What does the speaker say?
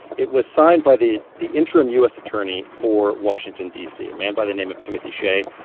it was signed by the the interim u s. attorney for washington, d c. a man by the name of timothy shea,